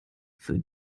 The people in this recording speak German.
für